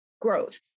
growth